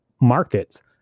markets